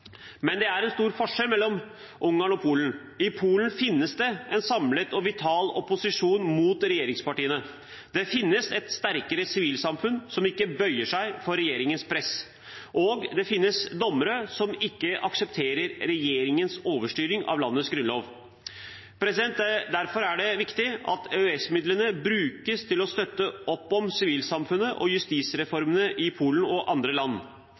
Men det er en stor forskjell mellom Ungarn og Polen. I Polen finnes det en samlet og vital opposisjon mot regjeringspartiene, det finnes et sterkere sivilsamfunn som ikke bøyer seg for regjeringens press, og det finnes dommere som ikke aksepterer regjeringens overstyring av landets grunnlov. Derfor er det viktig at EØS-midlene brukes til å støtte opp om sivilsamfunnet og justisreformene i Polen og andre land.